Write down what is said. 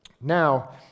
Now